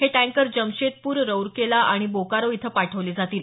हे टँकर जमशेदपूर रौरकेला आणि बोकारो इथं पाठवले जातील